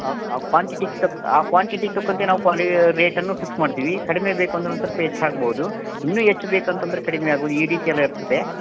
ಆ ಕ್ವಾಂಟಿಟಿಗೆ ತಕ್ಕ ಆ ಕ್ವಾಂಟಿಟಿ ತಕ್ಕಂತೆ ನಾವು ರೇಟನ್ನು ಫಿಕ್ಸ್ ಮಾಡ್ತೀವಿ ಕಡಿಮೆ ಬೇಕಂದರೂ ಸ್ವಲ್ಪ ಹೆಚ್ಚಾಗ್ಬೋದು ಇನ್ನೂ ಹೆಚ್ಚು ಬೇಕಂತಂದರೆ ಕಡಿಮೆ ಆಗೋದು ಈ ರೀತಿಯೆಲ್ಲ ಇರ್ತದೆ